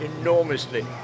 enormously